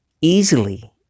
easily